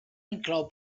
inclou